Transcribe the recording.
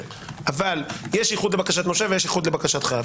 אבל יש איחוד לבקשת נושה ויש איחוד לבקשת חייב.